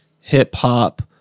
hip-hop